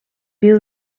viu